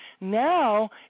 Now